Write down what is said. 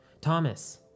Thomas